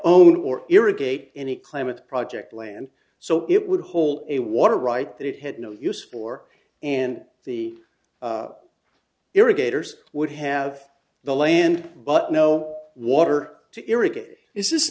own or irrigate any climate project land so it would hold a water right that it had no use for and the irrigators would have the land but no water to irrigate this